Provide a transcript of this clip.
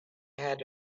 had